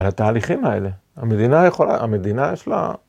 ‫אלה תהליכים האלה. ‫המדינה יכולה, המדינה יש לה...